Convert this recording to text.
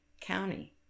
county